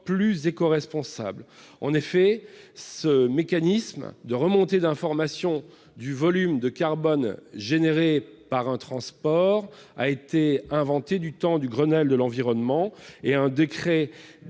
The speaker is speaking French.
plus écoresponsables. En effet, ce mécanisme de remontée d'informations sur le volume de carbone généré par un transport a été inventé du temps du Grenelle de l'environnement. Un décret